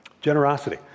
Generosity